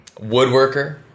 woodworker